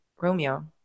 Romeo